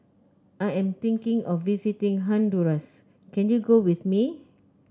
I am thinking of visiting Honduras can you go with me